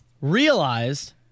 realized